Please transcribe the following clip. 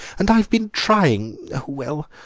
and i've been trying well,